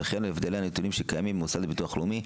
וכן הבדלי הנתונים שקיימים במוסד לביטוח לאומי,